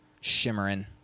shimmering